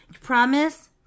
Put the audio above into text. promise